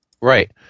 Right